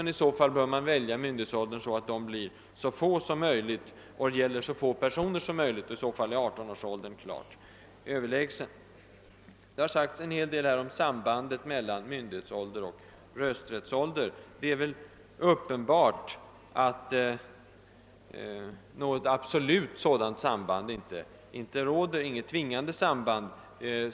Enligt min mening bör myndighetsåldern väl jas så att undantagsreglerna berör så få personer som möjligt, och då är 18-årsgränsen överlägsen. Det har sagts en hel del om sambandet mellan myndighetsålder och rösträttsålder. Det är väl uppenbart att det inte finns något tvingande sådant samband.